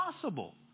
possible